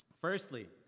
firstly